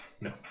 No